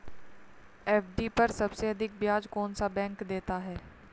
FD पर सबसे अधिक ब्याज कौन सा बैंक देता है?